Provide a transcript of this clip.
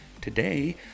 today